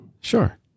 Sure